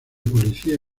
policía